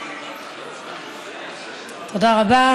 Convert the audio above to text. תודה רבה.